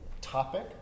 topic